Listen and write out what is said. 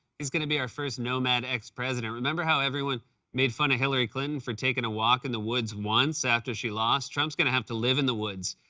he's going to be our first nomad ex-president. remember how everyone made fun of hillary clinton for taking a walk in the woods, once, after she lost? trump's going to have to live in the woods.